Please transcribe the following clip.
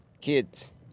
kids